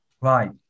right